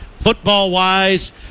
football-wise